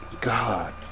God